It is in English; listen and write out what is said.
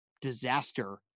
disaster